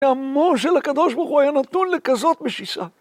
עמו של הקדוש ברוך הוא היה נתון לכזאת משיסה.